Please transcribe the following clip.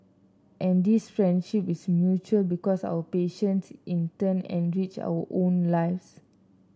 and this friendship is mutual because our patients in turn enrich our own lives